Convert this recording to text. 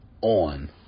on